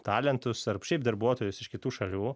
talentus ar šiaip darbuotojus iš kitų šalių